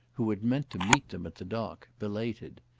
who had meant to meet them at the dock, belated.